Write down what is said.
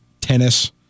tennis